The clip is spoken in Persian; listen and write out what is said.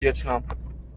ویتنام